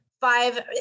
five